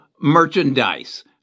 merchandise